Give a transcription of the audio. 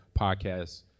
podcasts